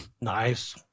Nice